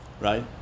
right